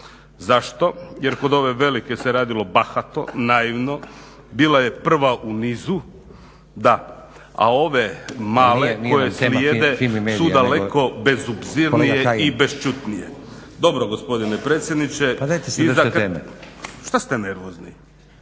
Zašto, jer kod ove velike se radilo bahato, naivno, bila je prva u nizu, da, a ove male koje slijede su daleko bezobzirnije i bešćutnije. … /Upadica se ne razumije./ … Dobro,